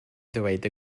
ddweud